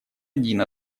один